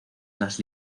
las